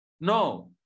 No